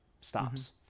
stops